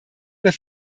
oder